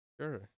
Sure